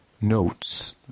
Notes